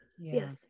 Yes